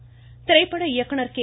ஆனந்த் திரைப்பட இயக்குநர் கே